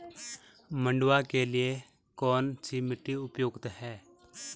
मंडुवा के लिए कौन सी मिट्टी उपयुक्त है?